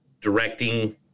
directing